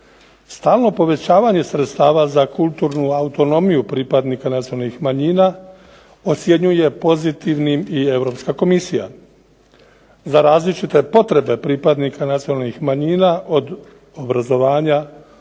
Stalno povećavanje sredstava za kulturnu autonomiju pripadnika nacionalnih manjina ocjenjuje pozitivnim i Europska komisija. Za različite potrebe pripadnika nacionalnih manjina od obrazovanja,